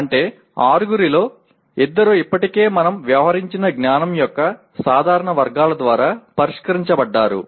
అంటే ఆరుగురిలో ఇద్దరు ఇప్పటికే మనం వ్యవహరించిన జ్ఞానం యొక్క సాధారణ వర్గాల ద్వారా పరిష్కరించబడ్డారు